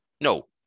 No